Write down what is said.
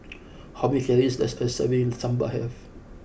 how many calories does a serving of Sambar have